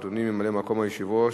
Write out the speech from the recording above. אדוני ממלא-מקום היושב-ראש,